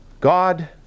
God